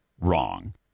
wrong